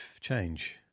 change